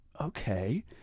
okay